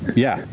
yeah,